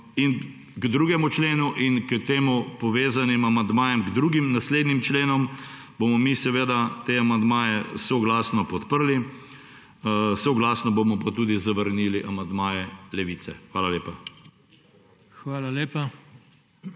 k 2. členu in k temu povezanim amandmajem k naslednjim členom, bomo mi seveda te amandmaje soglasno podprli, soglasno bomo pa tudi zavrnili amandmaje Levice. Hvala lepa.